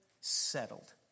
settled